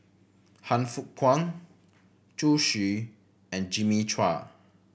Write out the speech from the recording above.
Han Fook Kwang Zhu Xu and Jimmy Chua